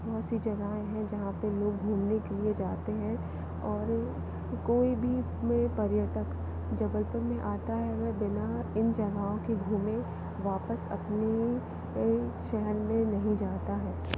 बहुत सी जगहें हैं जहाँ पे लोग घूमने के लिए जाते हैं और कोई भी में पर्यटक जबलपुर में आता है वह बिना इन जगहों के घूमें वापस अपने शहर में नहीं जाता है